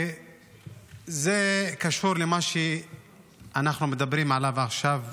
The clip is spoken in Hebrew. וזה קשור למה שאנחנו מדברים עליו עכשיו,